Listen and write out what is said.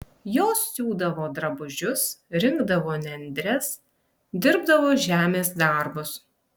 jos siūdavo drabužius rinkdavo nendres dirbo žemės darbus